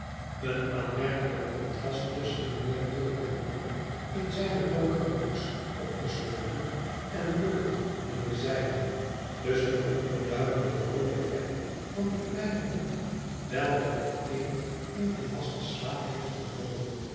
een aanmerkelijk contrast tusschen mijnheer tulkinghorn in zijne donkere koets opgesloten en bucket in de zijne tusschen de onbeduidende roode vlek van die kleine wond welke den een in dien vasten slaap heeft gedompeld